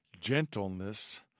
gentleness